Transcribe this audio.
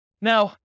Now